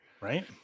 Right